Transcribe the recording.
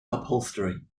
upholstery